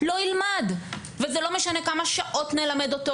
לא ילמד וזה לא משנה כמה שעות נלמד אותו